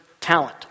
talent